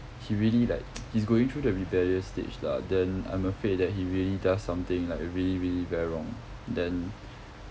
he really like he's going through the rebellious stage lah then I'm afraid that he really does something like really really very wrong then